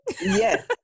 yes